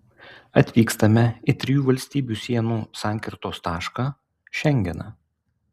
atvykstame į trijų valstybių sienų sankirtos tašką šengeną